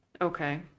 Okay